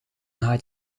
haar